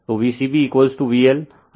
तो V c b VLIc√ यह cos30o होगा